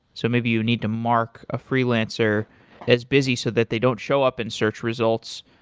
so maybe you need to mark a freelancer as busy so that they don't show up in search results,